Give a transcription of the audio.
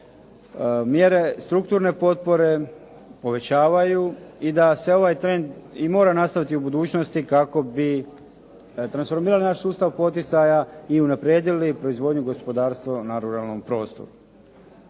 mjere strukturne potpore povećavaju i da se ovaj trend i mora nastaviti i u budućnosti kako bi transformirali naš sustav poticaja i unaprijedili proizvodnju gospodarstva na ruralnom prostoru.